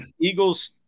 Eagles